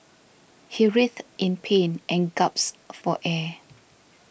he writhed in pain and gasped for air